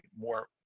more